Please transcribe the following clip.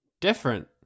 different